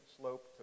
slope